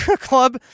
club